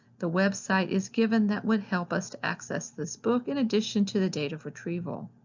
the website is given that would help us to access this book, in addition to the date of retrieval.